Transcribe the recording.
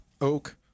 oak